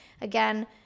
Again